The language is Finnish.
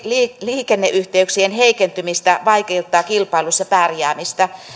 liikenneyhteyksien heikentymisestä vaikeuttaa kilpailussa pärjäämistä